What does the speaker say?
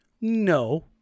No